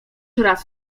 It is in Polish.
raz